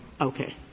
Okay